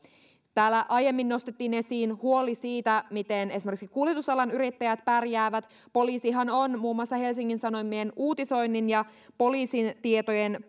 täällä aiemmin nostettiin esiin huoli siitä miten esimerkiksi kuljetusalan yrittäjät pärjäävät poliisihan on muun muassa helsingin sanomien uutisoinnin ja poliisin tietojen